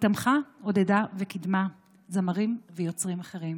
היא תמכה, עודדה וקידמה זמרים ויוצרים אחרים.